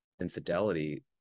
infidelity